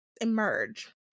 Emerge